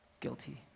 Guilty